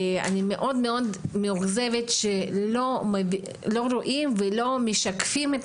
אני מאוד מאוד מאוכזבת שהספרים לא רואים ולא משקפים את